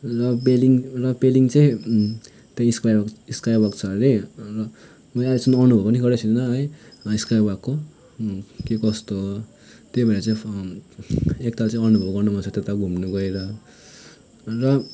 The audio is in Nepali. र पेलिङ र पेलिङ चाहिँ त्यो स्काइवक स्काइवक छ अरे र मैले आइलेसम्म अनुभव पनि गरेको छुइनँ है स्काइवकको के कस्तो त्यही भएर चाहिँ एकताल चाहिँ अनुभव गर्नु मन छ त्यता घुम्नु गएर र